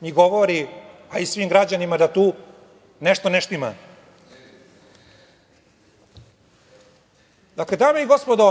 i govori svim građanima da tu nešto ne štima. Dakle, dame i gospodo,